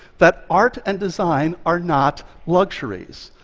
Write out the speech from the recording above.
that art and design are not luxuries,